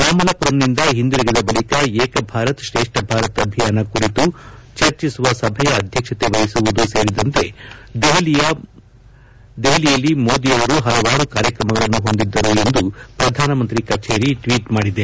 ಮಾಮಲ್ಲಪುರಂನಿಂದ ಹಿಂದಿರುಗಿದ ಬಳಿಕ ಏಕ ಭಾರತ್ ಶ್ರೇಷ್ಠ ಭಾರತ್ ಅಭಿಯಾನ ಕುರಿತು ಚರ್ಚಿಸುವ ಸಭೆಯ ಅಧ್ಯಕ್ಷತೆ ವಹಿಸುವುದು ಸೇರಿದಂತೆ ದೆಹಲಿಯಲ್ಲಿ ಮೋದಿ ಅವರು ಹಲವಾರು ಕಾರ್ಯಕ್ರಮಗಳನ್ನು ಹೊಂದಿದ್ದರು ಎಂದು ಪ್ರಧಾನ ಮಂತ್ರಿ ಕಚೇರಿ ಟ್ವೀಟ್ ಮಾಡಿದೆ